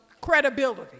credibility